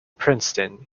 princeton